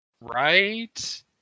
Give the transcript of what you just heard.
right